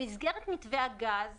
במסגרת מתווה הגז